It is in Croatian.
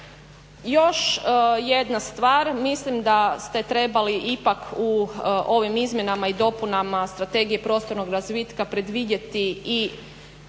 Još jedna stvar, mislim da ste trebali ipak u ovim izmjenama i dopunama Strategije prostornog razvitka predvidjeti i